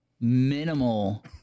minimal